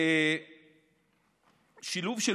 שילוב של